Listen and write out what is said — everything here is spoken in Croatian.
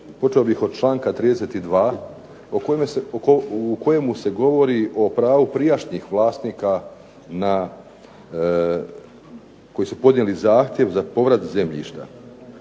počeo bih od članka 32. u kojemu se govori o pravu prijašnjih vlasnika koji su podnijeli zahtjev za povrat zemljišta.